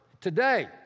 today